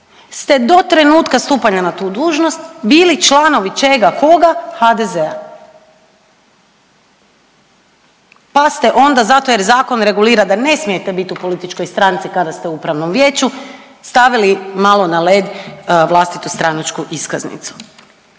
ste do trenutka stupanja na tu dužnost bili članovi, čega, koga? HDZ-a. Pa ste onda, zato jer zakon regulira da ne smijete biti u političkoj stranci kada ste u upravnom vijeću, stavili malo na led vlastitu stranačku iskaznicu.